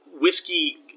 whiskey